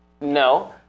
No